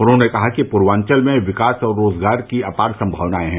उन्होंने कहा कि पूर्वांचल में विकास और रोजगार की अपार संभावनाएं है